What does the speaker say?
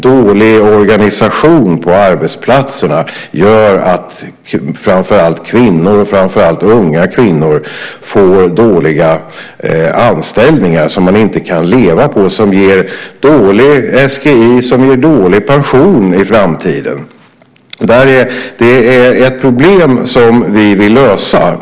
Dålig organisation på arbetsplatserna gör att framför allt kvinnor, särskilt unga kvinnor, får dåliga anställningar som man inte kan leva på och som ger dålig SGI och dålig pension i framtiden. Det där är ett problem som vi vill lösa.